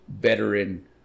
veteran